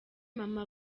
mama